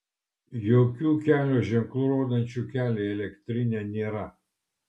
jokių kelio ženklų rodančių kelią į elektrinę nėra